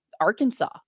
Arkansas